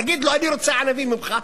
תגיד לו: אני רוצה ענבים ממך,